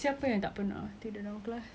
siapa yang tak pernah tidur dalam kelas